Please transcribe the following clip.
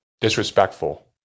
disrespectful